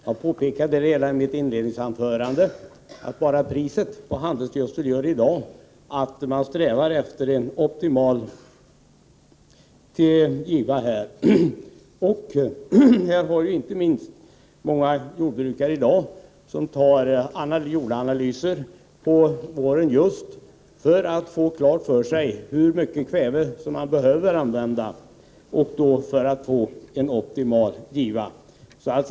Jag påpekade redan i mitt inledningsanförande att bara priset på handelsgödsel i dag gör att man strävar efter en optimal giva. Det är många jordbrukare som i dag gör jordanalyser på våren, just i syfte att få reda på hur mycket kväve som behövs för att få en optimal giva.